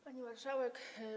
Pani Marszałek!